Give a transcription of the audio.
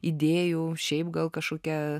idėjų šiaip gal kažkokia